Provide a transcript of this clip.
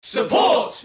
Support